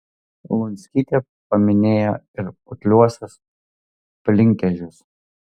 lunskytė paminėjo ir putliuosius plynkežius